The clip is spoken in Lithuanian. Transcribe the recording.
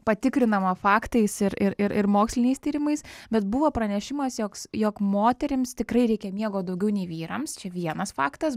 patikrinama faktais ir ir ir ir moksliniais tyrimais bet buvo pranešimas joks jog moterims tikrai reikia miego daugiau nei vyrams čia vienas faktas